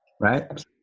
right